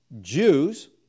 Jews